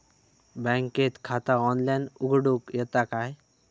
बँकेत खाता ऑनलाइन उघडूक येता काय?